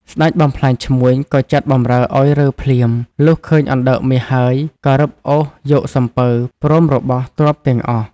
ស្ដេចបំផ្លាញឈ្មួញ ក៏ចាត់បម្រើឲ្យរើភ្លាម លុះឃើញអណ្តើកមាសហើយ ក៏រឹបអូសយកសំពៅ ព្រមរបស់ ទ្រព្យទាំងអស់។